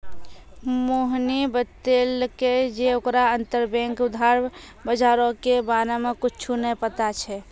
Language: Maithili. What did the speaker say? मोहने बतैलकै जे ओकरा अंतरबैंक उधार बजारो के बारे मे कुछु नै पता छै